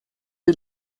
die